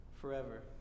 forever